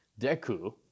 Deku